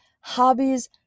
hobbies